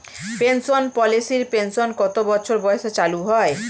Pension পলিসির pension কত বছর বয়সে চালু হয়?